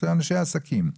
זה אנשי עסקים.